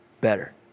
better